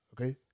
Okay